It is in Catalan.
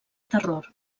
terror